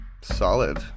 Solid